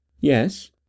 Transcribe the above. -"Yes